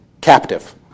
captive